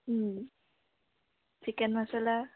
chicken masala